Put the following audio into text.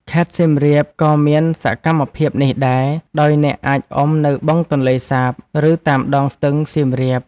ខេត្តសៀមរាបក៏មានសកម្មភាពនេះដែរ ដោយអ្នកអាចអុំនៅបឹងទន្លេសាប ឬតាមដងស្ទឹងសៀមរាប។